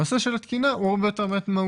הנושא של התקינה הוא הרבה יותר מהותי